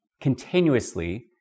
continuously